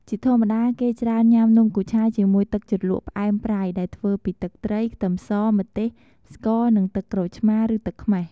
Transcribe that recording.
ជាធម្មតាគេច្រើនញ៉ាំនំគូឆាយជាមួយទឹកជ្រលក់ផ្អែមប្រៃដែលធ្វើពីទឹកត្រី ខ្ទឹមស ម្ទេស ស្ករ និងទឹកក្រូចឆ្មារ ឬទឹកខ្មេះ។